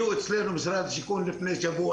משרד השיכון היה אצלנו לפני שבוע,